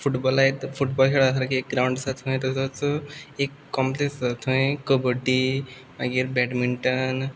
football football खेळा असो ground आसा थंय तसोच एक कॉम्पलेक्स आसा थंय कबड्डी मागीर बॅडमिंटन